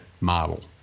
model